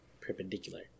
perpendicular